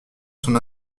son